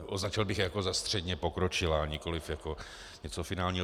Označil bych je jako za středně pokročilá, nikoliv něco finálního.